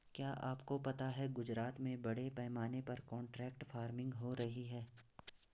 क्या आपको पता है गुजरात में बड़े पैमाने पर कॉन्ट्रैक्ट फार्मिंग हो रही है?